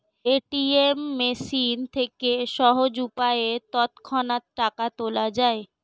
ATM machine থেকে সহজ উপায়ে তৎক্ষণাৎ টাকা তোলা যায়